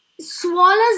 swallows